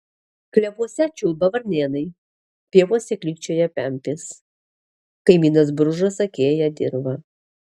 klevuose čiulba varnėnai pievose klykčioja pempės kaimynas bružas akėja dirvą